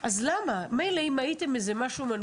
מחליט לא לאמץ את החלטת נציבת הקבילות,